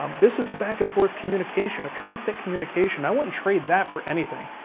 um this is a back and forth communication, a constant communication. i wouldn't trade that for anything,